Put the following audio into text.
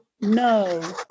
no